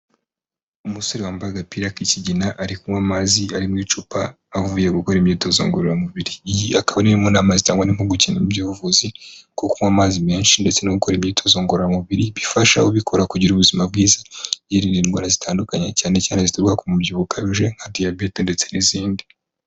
Umusore wambaye agapira k'ikigina ari kunywa amazi ari mu icupa, avuye gukora imyitozo ngororamubiri; iyi akaba ariyo nama zitangwa impuguke by'ubuvuzi, ko kunywa amazi menshi ndetse no gukora imyitozo ngororamubiri bifasha ubikora kugira ubuzima bwiza yirinda indwara zitandukanye, cyane cyane zituruka ku mubyibuho ukabije nka diyabete ndetse n'izindi.